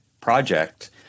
project